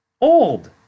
old